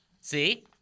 see